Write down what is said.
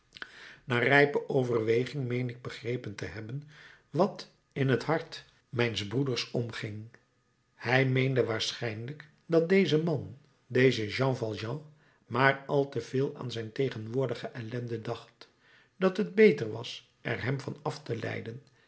na rijpe overweging meen ik begrepen te hebben wat in het hart mijns broeders omging hij meende waarschijnlijk dat deze man deze jean valjean maar al te veel aan zijn tegenwoordige ellende dacht dat het beter was er hem van af te leiden